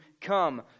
come